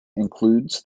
includes